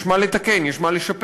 יש מה לתקן, יש מה לשפר.